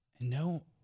no